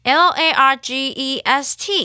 l-a-r-g-e-s-t